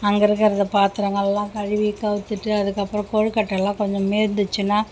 அங்கே இருக்கிறது பாத்திரங்கள்லாம் கழுவி கவுழ்த்துட்டு அதுக்கப்றம் கொழுக்கட்டைலாம் கொஞ்சம் மீந்துச்சுனா